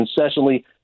incessantly